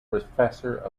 professor